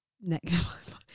next